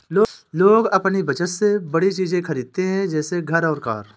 लोग अपनी बचत से बड़ी चीज़े खरीदते है जैसे घर और कार